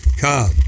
come